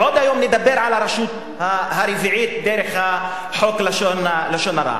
והיום עוד נדבר על הרשות הרביעית דרך חוק לשון הרע.